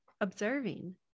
observing